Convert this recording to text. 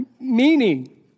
meaning